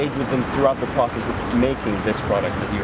with them throughout the process of making this product that you're